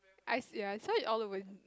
I see uh so it all